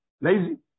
Lazy